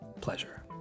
pleasure